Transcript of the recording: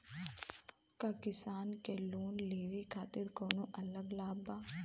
का किसान के लोन लेवे खातिर कौनो अलग लाभ बा?